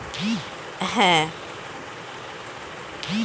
real time job মানে তৎক্ষণাৎ পরিষেবা, আর এভাবে ব্যাঙ্কে টাকা ট্রান্সফার করা হয়